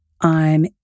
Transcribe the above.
I'm